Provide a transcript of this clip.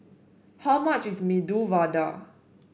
how much is Medu Vada